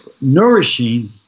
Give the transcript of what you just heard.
nourishing